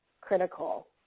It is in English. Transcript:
critical